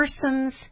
persons